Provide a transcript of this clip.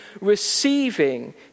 receiving